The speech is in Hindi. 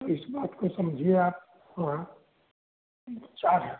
तो इस बात को समझिए आप और चार